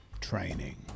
training